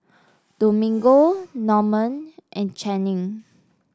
Domingo Norman and Channing